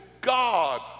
God